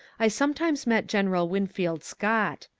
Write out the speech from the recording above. i sometimes met general winfield scott.